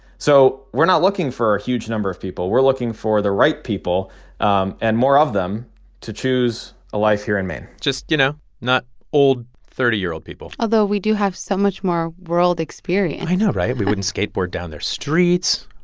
so we're not looking for a huge number of people. we're looking for the right people um and more of them to choose a life here in maine just, you know, not old thirty year old people although, we do have so much more world experience i know, right? we wouldn't skateboard down their streets.